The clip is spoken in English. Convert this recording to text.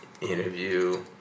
interview